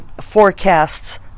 forecasts